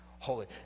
holy